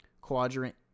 Quadrant